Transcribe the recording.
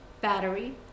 battery